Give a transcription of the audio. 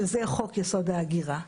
וזה חוק יסוד: ההגירה.